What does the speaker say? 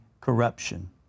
corruption